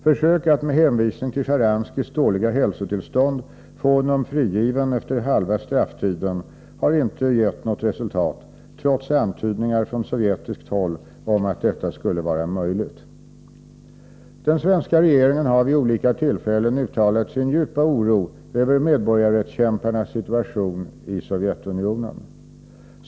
Försök att med hänvisning till Sjtjaranskijs dåliga hälsotillstånd få honom frigiven efter halva strafftiden har inte gett något resultat, trots antydningar från sovjetiskt håll om att detta skulle vara möjligt. Den svenska regeringen har vid olika tillfällen uttalat sin djupa oro över medborgarrättskämparnas situation i Sovjetunionen.